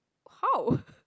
how